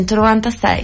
1996